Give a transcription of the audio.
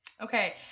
Okay